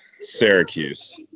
Syracuse